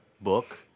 book